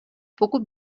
pokud